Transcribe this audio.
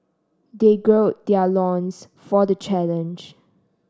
they gird their loins for the challenge